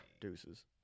Deuces